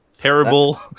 terrible